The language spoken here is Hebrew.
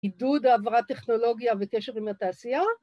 ‫עידוד העברת טכנולוגיה ‫בקשר עם התעשייה.